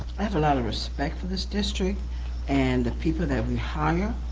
i have a lotta respect for this district and the people that we hire,